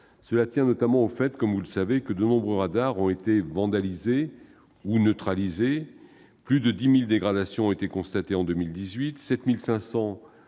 Cela tient notamment au fait que, comme vous le savez, de nombreux radars ont été vandalisés ou neutralisés. Plus de 10 000 dégradations ont ainsi été constatées en 2018 et 7 500